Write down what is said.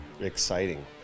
exciting